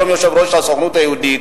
היום יושב-ראש הסוכנות היהודית,